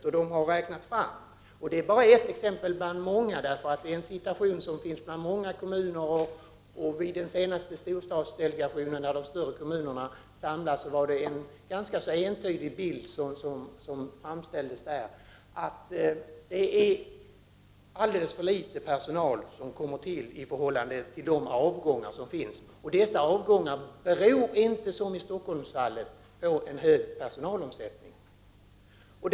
Vid den senaste storstadsdelegationen, där representanter för de större kommunerna samlades, framställdes en ganska entydig bild, nämligen att det är alldeles för litet personal som anställs i förhållande till avgångarna. Dessa avgångar beror inte, som i Stockholmsfallet, på stor personalomsättning. Det är inte bara situationen i vår kommun, utan denna situation råder i många andra kommuner.